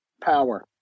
power